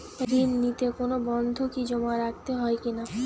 ঋণ নিতে কোনো বন্ধকি জমা রাখতে হয় কিনা?